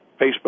Facebook